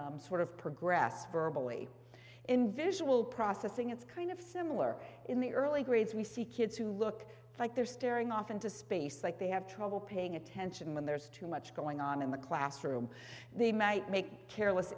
can sort of progress verbal way in visual processing it's kind of similar in the early grades we see kids who look like they're staring off into space like they have trouble paying attention when there's too much going on in the classroom they might make careless